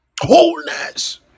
wholeness